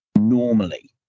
normally